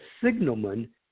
signalman